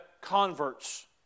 converts